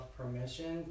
permission